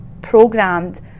programmed